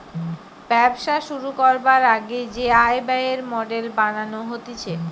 ব্যবসা শুরু করবার আগে যে আয় ব্যয়ের মডেল বানানো হতিছে